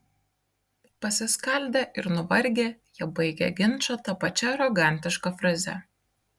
pasiskaldę ir nuvargę jie baigia ginčą ta pačia arogantiška fraze